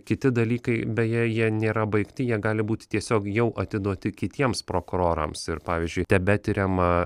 kiti dalykai beje jie nėra baigti jie gali būti tiesiog jau atiduoti kitiems prokurorams ir pavyzdžiui tebetiriama